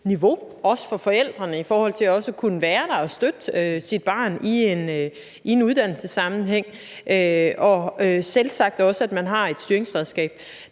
– også for forældrene i forhold til at kunne være der for og støtte sit barn i en uddannelsessammenhæng – og selvsagt også, at man har et styringsredskab.